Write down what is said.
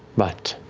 but